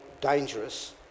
dangerous